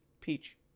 peach